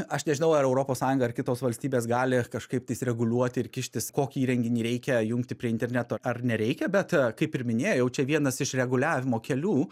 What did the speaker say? aš nežinau ar europos sąjunga ir kitos valstybės gali kažkaip tais reguliuoti ir kištis kokį įrenginį reikia jungti prie interneto ar nereikia bet kaip ir minėjau čia vienas iš reguliavimo kelių